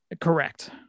Correct